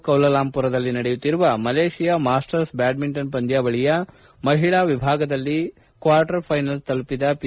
ಕೌಲಾಲಂಪುರದಲ್ಲಿ ನಡೆಯುತ್ತಿರುವ Malaysia masters badminton ಪಂದ್ಲಾವಳಿಯ ಮಹಿಳೆಯರ ವಿಭಾಗದಲ್ಲಿ ಕ್ವಾರ್ಟರ್ ಫೈನಲ್ಸ್ ತಲುಪಿದ ಪಿ